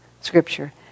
scripture